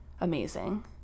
amazing